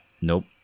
Nope